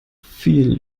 viel